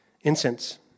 Incense